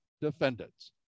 defendants